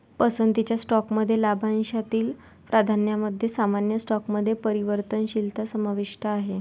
पसंतीच्या स्टॉकमध्ये लाभांशातील प्राधान्यामध्ये सामान्य स्टॉकमध्ये परिवर्तनशीलता समाविष्ट आहे